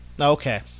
Okay